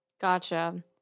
gotcha